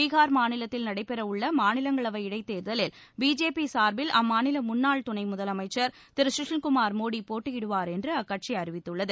பீகார் மாநிலத்தில் நடைபெற உள்ள மாநிலங்களவை இடைத் தேர்தலில் பிஜேபி சார்பில் அம்மாநில முன்னாள் துணை முதலமைச்சர் திரு கஷில்குமார் மோடி போட்டியிடுவார் என்று அக்கட்சி அறிவித்துள்ளது